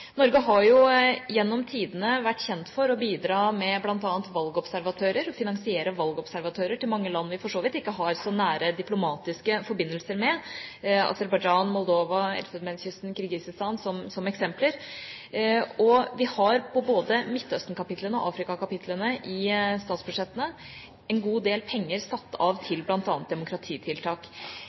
Norge har gjennom tidene vært kjent for å bidra med bl.a. valgobservatører – å finansiere valgobservatører – til mange land som vi for så vidt ikke har så nære diplomatiske forbindelser med, som f.eks. Aserbajdsjan, Moldova, Elfenbenskysten og Kirgisistan. Og både på kapitlene som gjelder Midtøsten og Afrika i statsbudsjettene, har vi satt av en god del penger til bl.a. demokratitiltak.